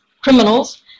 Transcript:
criminals